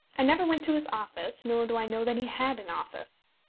i never went to his office, nor do i know that he had an office.